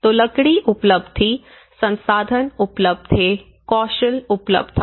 तो लकड़ी उपलब्ध थी संसाधन उपलब्ध थे कौशल उपलब्ध था